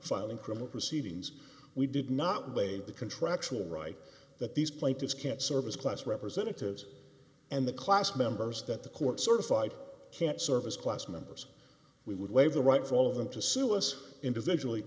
filing criminal proceedings we did not waive the contractual right that these plaintiffs can't serve as class representatives and the class members that the court certified can't serve as class members we would waive the right for all of them to sue us individually